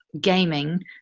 gaming